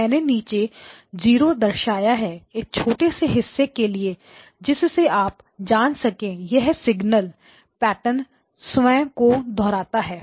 मैंने नीचे 0 दर्शाया है एक छोटे से हिस्से के लिए जिससे आप जान सके यह सिग्नल पैटर्न स्वयं को दोहराते है